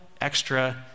extra